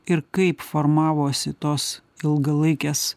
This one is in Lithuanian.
ir kaip formavosi tos ilgalaikės